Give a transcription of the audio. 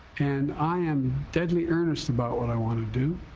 and i am deadly earnest about what i want to do.